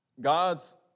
God's